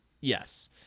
Yes